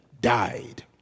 died